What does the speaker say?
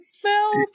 smells